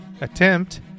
attempt